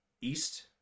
East